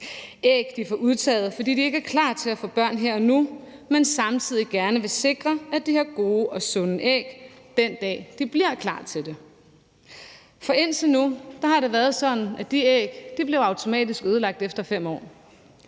de får udtaget, fordi de ikke er klar til at få børn her og nu, men samtidig gerne vil sikre, at de har gode og sunde æg den dag, de bliver klar til det. For indtil nu har det været sådan, at de æg automatisk blev ødelagt efter 5 år,